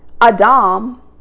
Adam